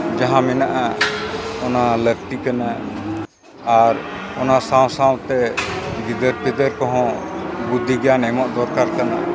ᱡᱟᱦᱟᱸ ᱢᱮᱱᱟᱜᱼᱟ ᱚᱱᱟ ᱞᱟᱹᱠᱛᱤ ᱠᱟᱱᱟ ᱟᱨ ᱚᱱᱟ ᱥᱟᱶ ᱥᱟᱶᱛᱮ ᱜᱤᱫᱟᱹᱨ ᱯᱤᱫᱟᱹᱨ ᱠᱚ ᱦᱚᱸ ᱵᱩᱫᱷᱤ ᱜᱮᱭᱟᱱ ᱮᱢᱚᱜ ᱫᱚᱨᱠᱟᱨ ᱠᱟᱱᱟ